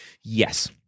Yes